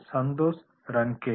Santhosh Rangekar